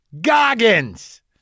Goggins